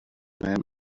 man